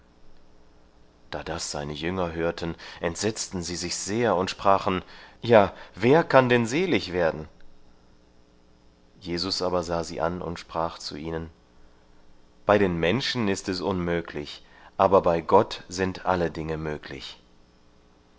da das seine jünger hörten entsetzten sie sich sehr und sprachen ja wer kann denn selig werden jesus aber sah sie an und sprach zu ihnen bei den menschen ist es unmöglich aber bei gott sind alle dinge möglich